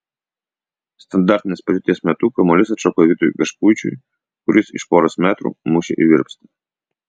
standartinės padėties metu kamuolys atšoko vytui gašpuičiui kuris iš poros metrų mušė į virpstą